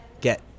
get